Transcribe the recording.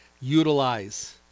utilize